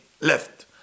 left